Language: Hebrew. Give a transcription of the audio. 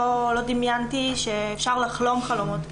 לא דמיינתי שאפשר לחלום חלומות כאלה,